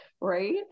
Right